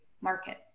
market